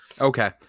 Okay